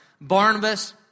Barnabas